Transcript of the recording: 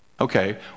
Okay